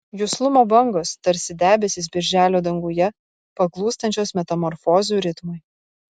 juslumo bangos tarsi debesys birželio danguje paklūstančios metamorfozių ritmui